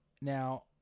Now